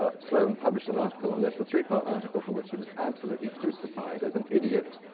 ah sloane published an article on this, a three-part article for which he was absolutely crucified as an idiot,